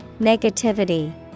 Negativity